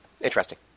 Interesting